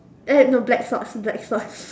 eh no black socks black socks